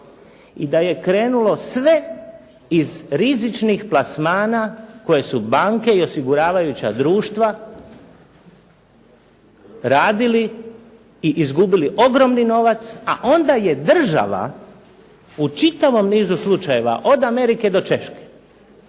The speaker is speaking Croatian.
I da je krenulo sve iz rizičnih plasmana koje su banke i osiguravajuća društva radili i izgubili ogromni novac, a onda je država u čitavom nizu slučajeva od Amerike do Češke